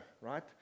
right